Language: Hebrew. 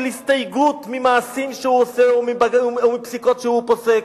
הסתייגות ממעשים שהוא עושה ומפסיקות שהוא פוסק.